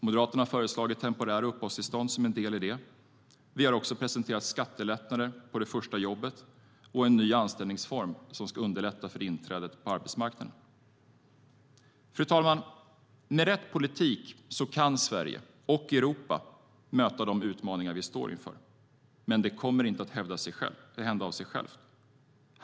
Moderaterna har föreslagit temporära uppehållstillstånd som en del i det. Samtidigt har vi också presenterat skattelättnader på det första jobbet och en ny anställningsform som ska underlätta för inträdet på arbetsmarknaden. Fru talman! Med rätt politik kan Sverige och Europa möta de utmaningar som vi står inför. Men det kommer inte att hända av sig självt.